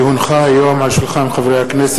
כי הונחה היום על שולחן הכנסת,